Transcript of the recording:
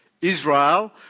Israel